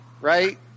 right